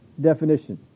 definition